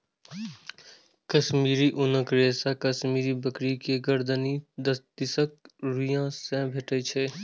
कश्मीरी ऊनक रेशा कश्मीरी बकरी के गरदनि दिसक रुइयां से भेटै छै